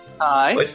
Hi